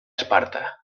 esparta